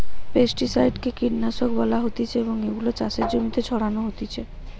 pesticide কে কীটনাশক বলা হতিছে এবং এগুলো চাষের জমিতে ছড়ানো হতিছে